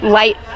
light